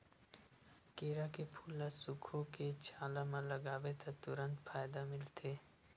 केरा के फूल ल सुखोके छाला म लगाबे त तुरते फायदा मिलथे